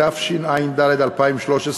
התשע"ד 2013,